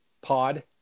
pod